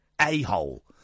a-hole